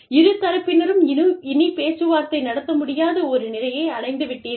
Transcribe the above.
இரு தரப்பினரும் இனி பேச்சுவார்த்தை நடத்த முடியாத ஒரு நிலையை அடைந்துவிட்டீர்கள்